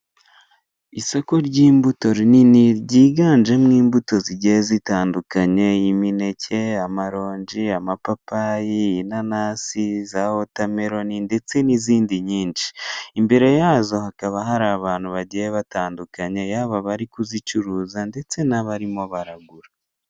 Isoko ry'imbuto rinini ryiganjemo imbuto zigiye zitandukanye, imineke, amaronji, amapapayi, inanasi, za watameroni, ndetse n'izindi nyinshi, imbere yazo hakaba hari abantu bagiye batandukanye yaba abari kuzicuruza, ndetse n'abarimo baragura.